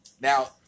Now